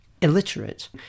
illiterate